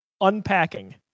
Unpacking